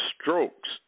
strokes